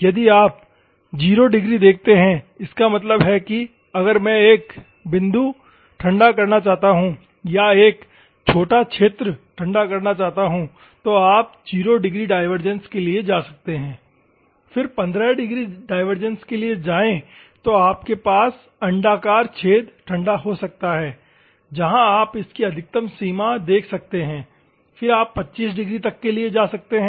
यदि आप 0 डिग्री देखते हैं इसका मतलब है कि अगर मैं एक बिंदु ठंडा करना चाहता हूं या एक छोटा क्षेत्र ठंडा करना चाहता हूं तो आप 0 डिग्री डाइवर्जेंस के लिए जा सकते हैं फिर 15 डिग्री डाइवर्जेंस के लिए जाए तो आपके पास अंडाकार छेद ठंडा हो सकता है जहां आप इसकी अधिकतम सीमा देख सकते हैं फिर आप 25 डिग्री तक जा सकते हैं